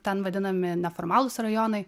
ten vadinami neformalūs rajonai